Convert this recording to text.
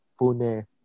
Pune